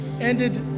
Ended